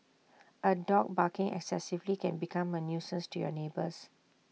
A dog barking excessively can become A nuisance to your neighbours